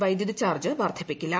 വൈദ്യുതി ചാർജ്ജ് വർധിപ്പിക്കില്ല